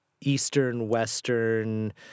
Eastern-Western